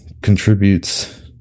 contributes